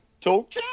Talk